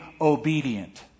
obedient